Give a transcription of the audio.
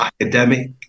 academic